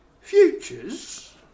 futures